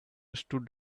stood